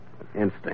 Instinct